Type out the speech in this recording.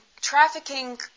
trafficking